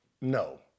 no